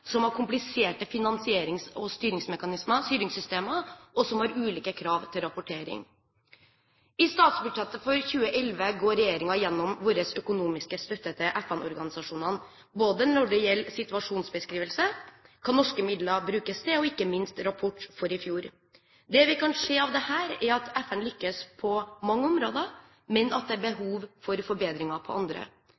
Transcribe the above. som har kompliserte finansierings- og styringssystemer, og som har ulike krav til rapportering. I statsbudsjettet for 2011 går regjeringen gjennom vår økonomiske støtte til FN-organisasjonene, både når det gjelder situasjonsbeskrivelse, hva norske midler skal brukes til, og ikke minst rapport fra i fjor. Det vi kan se av dette, er at FN lykkes på mange områder, men at det er